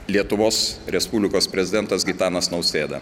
lietuvos respublikos prezidentas gitanas nausėda